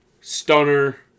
Stunner